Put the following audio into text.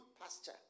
pasture